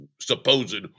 supposed